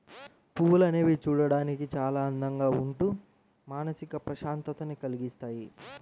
పువ్వులు అనేవి చూడడానికి చాలా అందంగా ఉంటూ మానసిక ప్రశాంతతని కల్గిస్తాయి